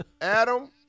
Adam